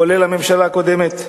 כולל הממשלה הקודמת,